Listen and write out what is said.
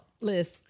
list